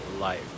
life